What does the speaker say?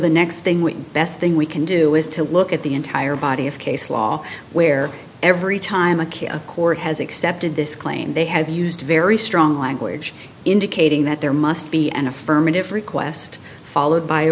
the next thing we best thing we can do is to look at the entire body of case law where every time a kid a court has accepted this claim they have used very strong language indicating that there must be an affirmative request followed by